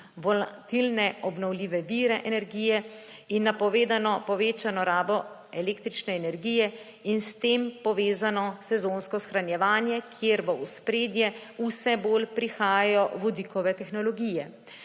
volatilne obnovljive vire energije in napovedano povečano rabo električne energije in s tem povezano sezonsko shranjevanje, kjer v ospredje vse bolj prihajajo vodikove tehnologije.